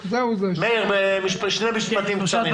מאיר, בשני משפטים קצרים.